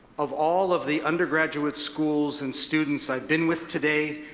of all of the undergraduate schools and students i've been with today,